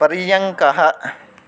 पर्यङ्कः